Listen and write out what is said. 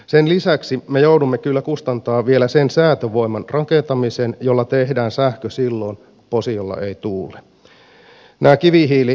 sen lisäksi me joudumme kyllä kustantamaan vielä sen säätövoiman rakentamisen jolla tehdään sähkö silloin kun posiolla ei tuule